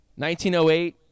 1908